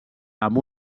amb